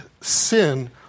sin